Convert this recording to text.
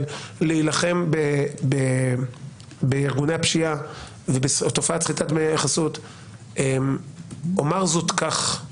להילחם בארגוני הפשיעה או בתופעת סחיטת דמי חסות - אומר זאת כך,